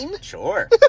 Sure